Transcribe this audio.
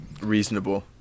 reasonable